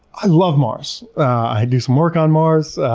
i love mars. i do some work on mars,